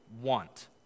want